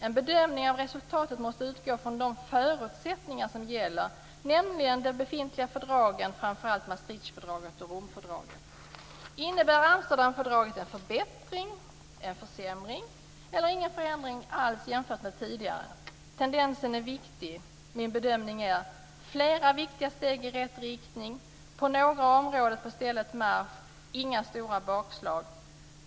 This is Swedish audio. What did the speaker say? En bedömning av resultatet måste utgå från de förutsättningar som gäller - nämligen de befintliga fördragen, framför allt Innebär Amsterdamfördraget en förbättring, en försämring eller ingen förändring alls jämfört med tidigare? Tendensen är viktig. Min bedömning är att det handlar om följande: flera viktiga steg i rätt riktning, på några områden på stället marsch samt inga stora bakslag.